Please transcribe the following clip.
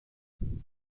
باید